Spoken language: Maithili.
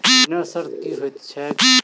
ऋणक शर्त की होइत छैक?